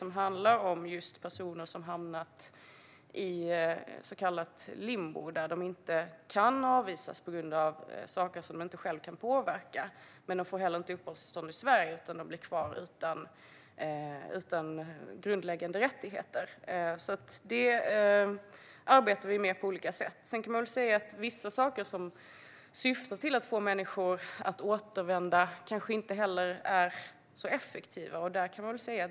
Den handlar om personer som har hamnat i så kallat limbo och inte kan avvisas på grund av saker som de själva inte kan påverka men som heller inte kan få uppehållstillstånd i Sverige utan blir kvar utan grundläggande rättigheter. Det arbetar vi med på olika sätt. Vissa saker som syftar till att få människor att återvända kanske inte heller är så effektiva.